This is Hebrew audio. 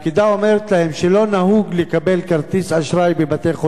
אומרת להם שלא נהוג לקבל כרטיס אשראי בבתי-חולים.